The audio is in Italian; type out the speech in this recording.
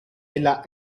della